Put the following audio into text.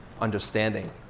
understanding